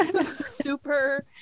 super